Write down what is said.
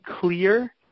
clear